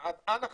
אנא,